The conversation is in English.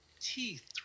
teeth